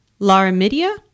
Laramidia